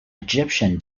egyptian